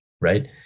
right